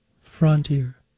Frontier